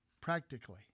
practically